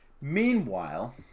Meanwhile